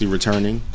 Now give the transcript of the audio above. Returning